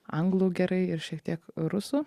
anglų gerai ir šiek tiek rusų